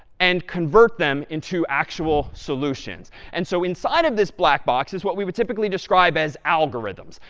and convert them into actual solutions. and so inside of this black box is what we would typically describe as algorithms.